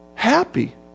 happy